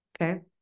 Okay